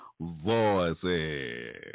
voices